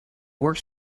works